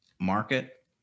market